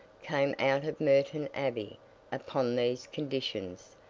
came out of merton abbey upon these conditions,